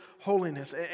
holiness